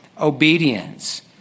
obedience